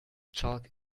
chalk